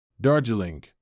Darjeeling